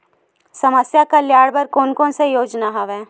समस्या कल्याण बर कोन कोन से योजना हवय?